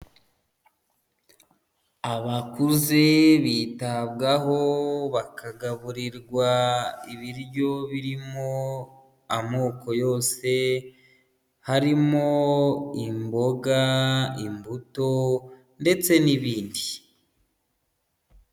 Abakuze bitabwaho, bakagaburirwa ibiryo birimo amoko yose, harimo imboga, imbuto, ndetse n'ibindi.